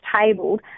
tabled